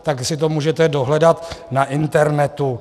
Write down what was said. Tak si to můžete dohledat na internetu.